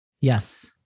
Yes